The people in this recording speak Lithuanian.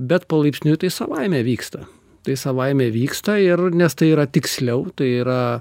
bet palaipsniui tai savaime vyksta tai savaime vyksta ir nes tai yra tiksliau tai yra